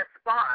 spot